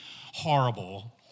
horrible